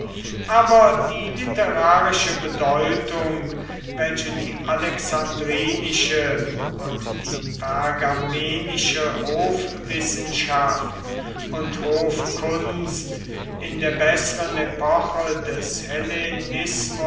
aber die literarische bedeutung welche die alexandrinische und die pergamenische hofwissenschaft und hofkunst in der besseren epoche des